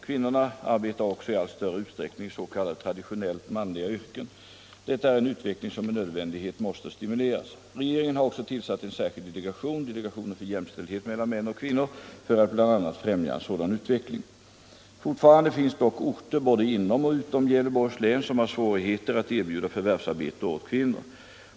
Kvinnorna arbetar också i allt större utsträckning i s.k. traditionellt manliga yrken. Detta är en utveckling som med nödvändighet måste stimuleras. Regeringen har också tillsatt en särskild delegation —- delegationen för jämställdhet mellan män och kvinnor — för att bl.a. främja en sådan utveckling. Fortfarande finns dock orter — både inom och utom Gävleborgs län - som har svårigheter att erbjuda förvärvsarbete åt kvinnor.